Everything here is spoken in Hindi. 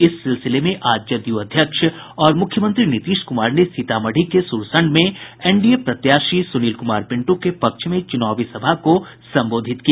इस सिलसिले में आज जदयू अध्यक्ष और मुख्यमंत्री नीतीश कुमार ने सीतामढ़ी के सुरसंड में एनडीए प्रत्याशी सुनील कुमार पिंटू के पक्ष में चुनावी सभा को संबोधित किया